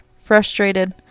frustrated